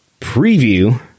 preview